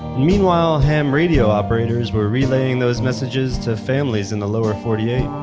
meanwhile, ham radio operators were relaying those messages to families in the lower forty eight.